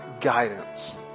guidance